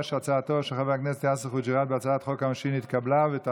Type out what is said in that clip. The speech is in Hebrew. ההצעה להעביר את הצעת חוק העונשין (תיקון,